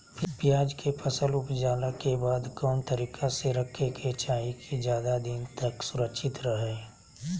प्याज के फसल ऊपजला के बाद कौन तरीका से रखे के चाही की ज्यादा दिन तक सुरक्षित रहय?